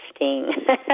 interesting